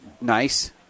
nice